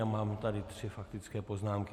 Mám tady tři faktické poznámky.